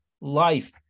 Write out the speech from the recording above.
life